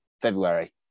February